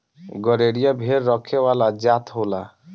गरेरिया भेड़ रखे वाला जात होला